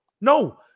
No